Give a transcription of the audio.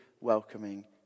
welcoming